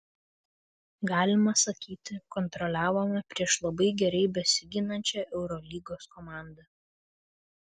galima sakyti kontroliavome prieš labai gerai besiginančią eurolygos komandą